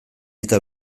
eta